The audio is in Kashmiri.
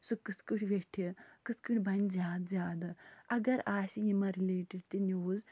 سُہ کِتھ کٔنۍ ویٚٹھِ کِتھ کٔنۍ بنہِ زیادٕ زیادٕ اگر آسہِ یِمن رلیٹڈ تہِ نوٕز